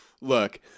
Look